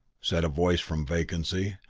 said a voice from vacancy,